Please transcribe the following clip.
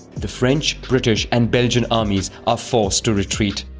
the french, british and belgian armies are forced to retreat.